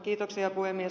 kiitoksia puhemies